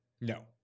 no